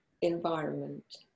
environment